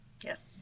Yes